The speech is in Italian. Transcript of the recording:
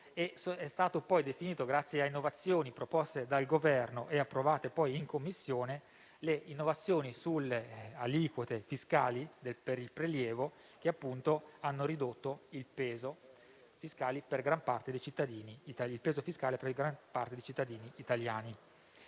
state, poi, definite, grazie a proposte dal Governo approvate in Commissione, le innovazioni sulle aliquote fiscali per il prelievo, che hanno ridotto il peso fiscale per gran parte dei cittadini italiani;